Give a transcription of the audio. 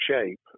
shape